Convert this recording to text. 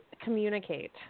communicate